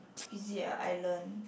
visit an island